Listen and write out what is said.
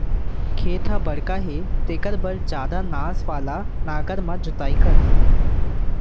खेत ह बड़का हे तेखर बर जादा नास वाला नांगर म जोतई करथे